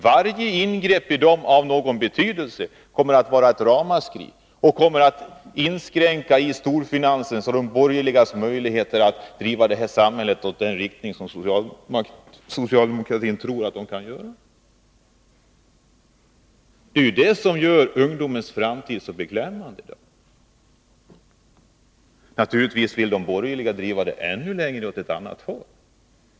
Varje ingrepp i dem av någon betydelse möts av ett ramaskri, eftersom det kommer att inskränka storfinansens och de borgerligas möjligheter att driva samhället i den riktning som socialdemokratin tror att de kan. Det är det som gör ungdomens framtid så beklämmande. Naturligtvis vill de borgerliga driva samhället ännu längre åt ett annat håll.